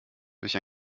durch